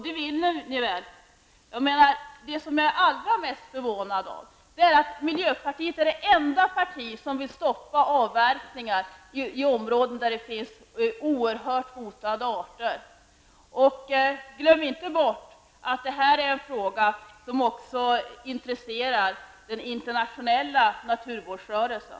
Det som förvånat mig allra mest är att miljöpartiet är det enda parti som vill stoppa avverkningar i områden där det finns oerhört starkt hotade arter. Glöm inte bort att detta är en fråga som också intresserar den internationella naturvårdsrörelsen.